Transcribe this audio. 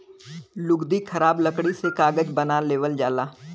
लुगदी खराब लकड़ी से कागज बना लेवल जाला